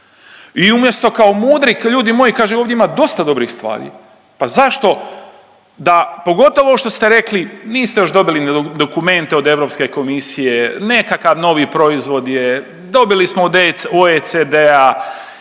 i umjesto kao mudri ljudi moji kaže ovdje ima dosta dobrih stvari pa zašto da pogotovo što ste rekli niste još dobili ni dokumente od Europske komisije, nekakav novi proizvod je, dobili smo od OECD-a,